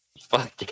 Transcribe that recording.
Fuck